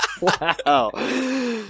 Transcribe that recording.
Wow